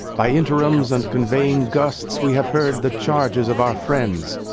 by interims and conveying gusts we have heard the charges of our friends.